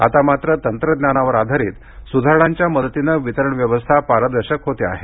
आता मात्र तंत्रज्ञानावर आधारित सुधारणांच्या मदतीनं वितरण व्यवस्था पारदर्शक होतेआहे